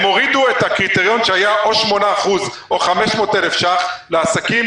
הם הורידו את הקריטריון שהיה או 8% או 500,000 שקלים לעסקים,